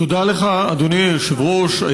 תודה לך, אדוני היושב-ראש.